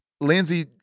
Lindsay